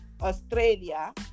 Australia